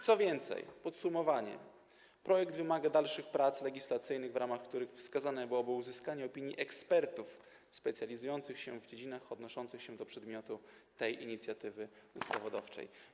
Co więcej - podsumowanie - projekt wymaga dalszych prac legislacyjnych, w ramach których zalecane byłoby uzyskanie opinii ekspertów specjalizujących się w dziedzinach odnoszących się do przedmiotu tej inicjatywy ustawodawczej.